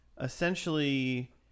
essentially